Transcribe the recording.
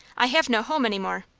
i have no home any more.